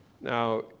Now